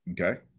Okay